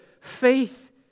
faith